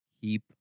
keep